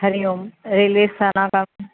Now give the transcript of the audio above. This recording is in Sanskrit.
हरि ओं रेल्वे स्थानानां